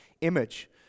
image